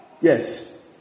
Yes